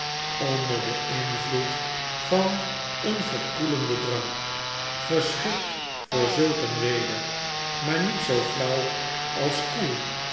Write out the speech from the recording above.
onder den invloed van een verkoelenden drank geschikt voor zulk een weder maar niet zoo flauw als koel